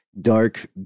dark